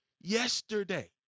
yesterday